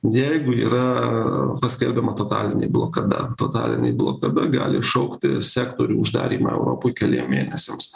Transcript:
jeigu yra paskelbiama totalinė blokada totalinė blokada gali iššaukti sektorių uždarymą europoj keliem mėnesiams